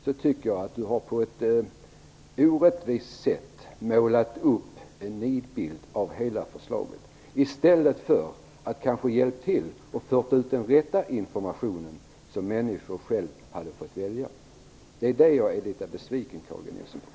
Jag tycker att han på ett orättvist sätt har målat upp en nidbild av hela förslaget. I stället borde han kanske ha hjälpt till att föra ut den rätta informationen, så att människor hade fått välja själva. Jag är litet besviken på detta, Carl G Nilsson.